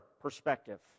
perspective